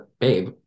babe